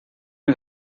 you